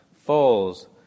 falls